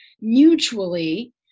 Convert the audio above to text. mutually